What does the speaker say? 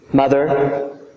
mother